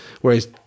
whereas